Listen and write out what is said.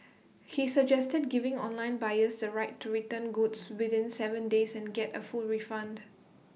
he suggested giving online buyers the right to return goods within Seven days and get A full refund